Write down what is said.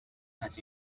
has